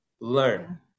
learn